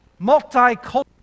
multicultural